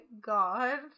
god